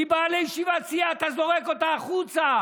היא באה לישיבת סיעה, אתה זורק אותה החוצה.